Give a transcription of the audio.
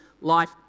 life